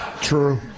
True